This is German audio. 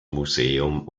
museum